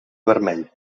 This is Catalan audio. vermell